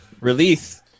release